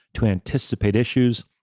to anticipate issues,